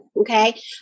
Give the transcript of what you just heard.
okay